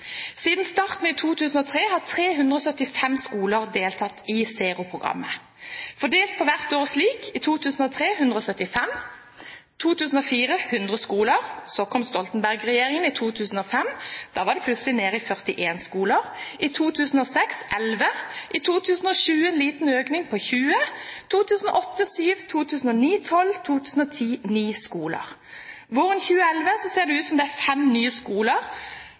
Siden starten i 2003 har 375 skoler deltatt i Zero-programmet, fordelt slik på hvert år: I 2003 175 skoler og i 2004 100. Så kom Stoltenberg-regjeringen i 2005. Da var det plutselig nede i 41 skoler, og i 2006 elleve. I 2007 var det en liten økning på 20 skoler. I 2008 var det syv skoler, i 2009 tolv og i 2010 ni. Våren 2011 ser det ut til at det er fem